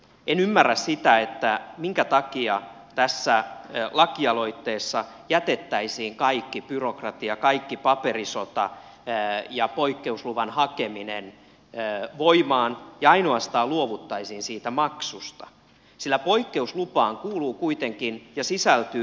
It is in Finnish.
en ymmärrä sitä minkä takia tässä lakialoitteessa jätettäisiin kaikki byrokratia kaikki paperisota ja poikkeusluvan hakeminen voimaan ja ainoastaan luovuttaisiin siitä maksusta sillä poikkeuslupaan kuuluu ja sisältyy kuitenkin harkinta